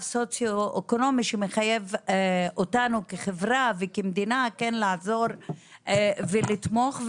סוציו-אקונומי שמחייב אותנו כחברה וכמדינה כן לעזור ולתמוך.